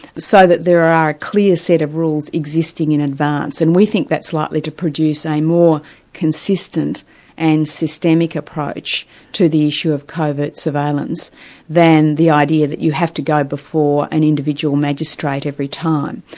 so that there are a clear set of rules existing in advance. and we think that's likely to produce a more consistent and systemic approach to the issue of covert surveillance than the idea that you have to go before an individual magistrate every time.